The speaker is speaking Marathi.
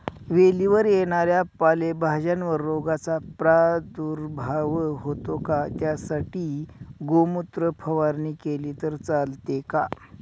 वेलीवर येणाऱ्या पालेभाज्यांवर रोगाचा प्रादुर्भाव होतो का? त्यासाठी गोमूत्र फवारणी केली तर चालते का?